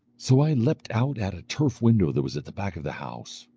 so i leapt out at a turf window that was at the back of the house.